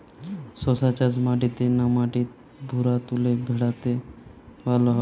শশা চাষ মাটিতে না মাটির ভুরাতুলে ভেরাতে ভালো হয়?